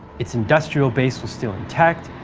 its industrial base was still intact,